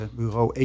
bureau